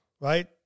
right